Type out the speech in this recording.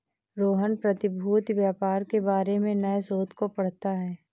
रोहन प्रतिभूति व्यापार के बारे में नए शोध को पढ़ता है